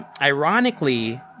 ironically